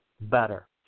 better